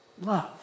love